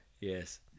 Yes